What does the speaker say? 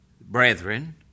brethren